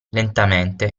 lentamente